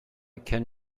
can